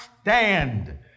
stand